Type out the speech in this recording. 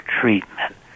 treatment